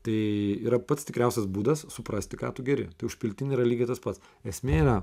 tai yra pats tikriausias būdas suprasti ką tu geri užpiltinė yra lygiai tas pats esmė yra